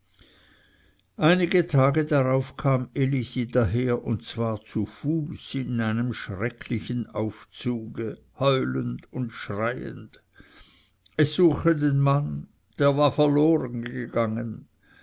einige tage darauf kam elisi daher und zwar zu fuß in einem schrecklichen aufzuge heulend und schreiend es suchte den mann der war verloren gegangen